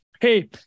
hey